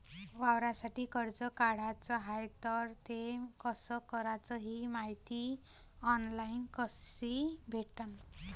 वावरासाठी कर्ज काढाचं हाय तर ते कस कराच ही मायती ऑनलाईन कसी भेटन?